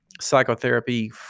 psychotherapy